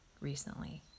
recently